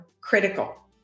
critical